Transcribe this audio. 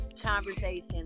conversation